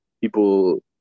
people